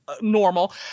normal